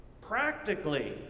practically